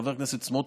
חבר הכנסת סמוטריץ'.